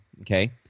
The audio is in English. okay